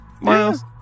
Miles